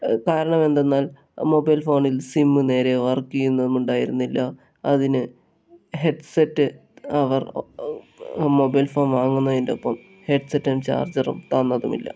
കാരണം എന്തെന്നാൽ മൊബൈൽ ഫോണിൽ സിമ്മ് നേരെ വർക്ക് ചെയ്യുന്നുണ്ടായിരുന്നില്ല അതിന് ഹെഡ്സെറ്റ് അവർ മൊബൈൽ ഫോൺ വാങ്ങുന്നതിൻറ്റെ ഒപ്പം ഹെഡ്സെറ്റും ചാർജറും തന്നതും ഇല്ല